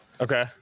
Okay